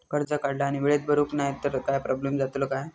कर्ज काढला आणि वेळेत भरुक नाय तर काय प्रोब्लेम जातलो काय?